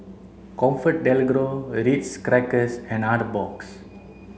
ComfortDelGro Ritz Crackers and Artbox